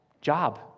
job